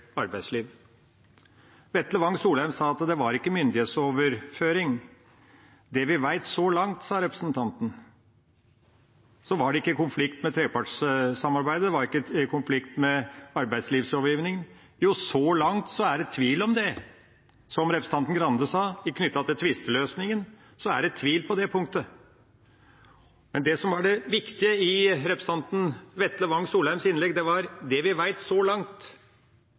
Vetle Wang Soleim sa at det ikke var myndighetsoverføring. Det vi vet så langt, sa representanten, er at det ikke er i konflikt med trepartssamarbeidet, at det ikke er i konflikt med arbeidslivslovgivningen. Jo, så langt er det tvil om det. Som representanten Grande sa, er det tvil knyttet til tvisteløsningen. Men det som var det viktige i representanten Vetle Wang Soleims innlegg, var: Det vi vet så langt.